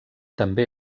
també